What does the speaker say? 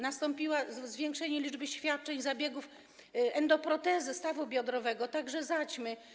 Nastąpiło zwiększenie liczby świadczeń zabiegów endoprotezy stawu biodrowego, także zaćmy.